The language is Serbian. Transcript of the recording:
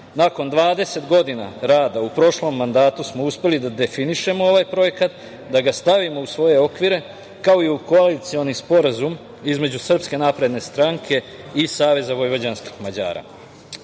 Nakon 20 godina rada, u prošlom mandatu smo uspeli da definišemo ovaj projekat, da ga stavimo u svoje okvire, kao i u Koalicioni sporazum između Srpske napredne stranke i Saveza vojvođanskih Mađara,